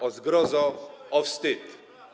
O zgrozo, o wstyd!